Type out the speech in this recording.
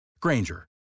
Granger